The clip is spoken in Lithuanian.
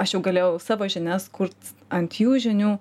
aš jau galėjau savo žinias kurt ant jų žinių